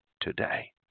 today